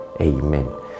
Amen